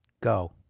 Go